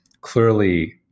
clearly